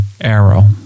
arrow